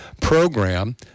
program